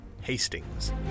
Hastings